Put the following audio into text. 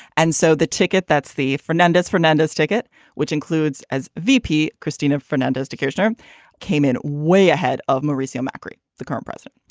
and so the ticket that's the fernandez fernandez ticket which includes as v p. cristina fernandez de kirchner came in way ahead of mauricio macri the current president.